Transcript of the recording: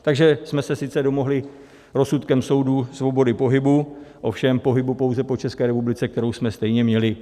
Takže jsme se sice domohli rozsudkem soudu svobody pohybu, ovšem pohybu pouze po České republice, kterou jsme stejně měli.